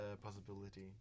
possibility